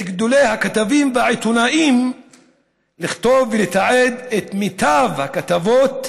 גדולי הכתבים והעיתונאים לתעד לכתוב את מיטב הכתבות